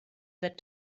that